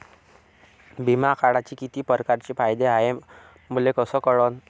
बिमा काढाचे कितीक परकारचे फायदे हाय मले कस कळन?